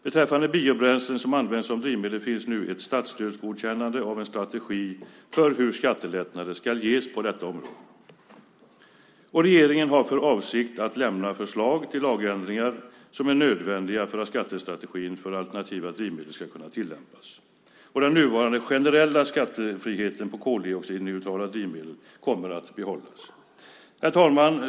Beträffande biobränslen som används som drivmedel finns nu ett statsstödsgodkännande av en strategi för hur skattelättnader ska ges på detta område. Regeringen har för avsikt att lämna förslag till lagändringar som är nödvändiga för att skattestrategin för alternativa drivmedel ska kunna tillämpas. Den nuvarande generella skattefriheten på koldioxidneutrala drivmedel kommer att behållas. Herr talman!